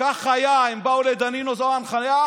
וכך היה, הם באו לדנינו, זו ההנחיה.